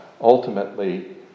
ultimately